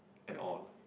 at all